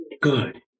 Good